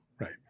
Right